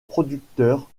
producteurs